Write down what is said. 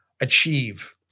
achieve